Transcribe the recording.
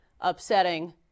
upsetting